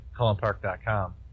CullenPark.com